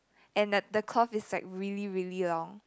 and that the cloth is like really really long